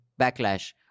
backlash